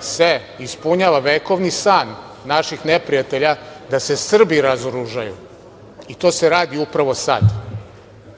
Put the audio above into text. se ispunjava vekovni san naših neprijatelja da se Srbi razoružaju i to se radi upravo sad. Mi